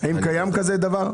האם קיים דבר כזה?